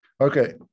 okay